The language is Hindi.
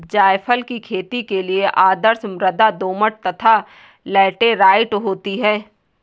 जायफल की खेती के लिए आदर्श मृदा दोमट तथा लैटेराइट होती है